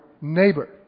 neighbor